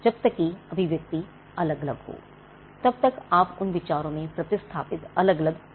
जब तक कि अभिव्यक्ति अलग अलग हो तब तक आपके पास उन विचारों में प्रतिस्थापित अलग अलग अधिकार हो सकते हैं